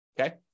okay